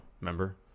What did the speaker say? Remember